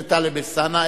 וזה טלב אלסאנע,